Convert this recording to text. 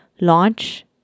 launch